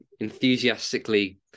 enthusiastically